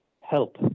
help